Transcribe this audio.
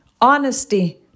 honesty